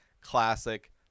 classic